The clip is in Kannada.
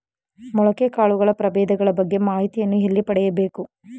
ಮೊಳಕೆ ಕಾಳುಗಳ ಪ್ರಭೇದಗಳ ಬಗ್ಗೆ ಮಾಹಿತಿಯನ್ನು ಎಲ್ಲಿ ಪಡೆಯಬೇಕು?